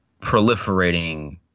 proliferating